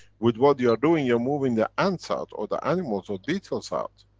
with what you are doing, you're moving the ants out or the animals or beetles out.